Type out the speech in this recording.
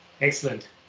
Excellent